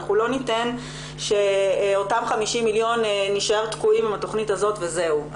אנחנו לא ניתן שאותם 50 מיליון נישאר תקועים עם התכנית הזאת וזהו.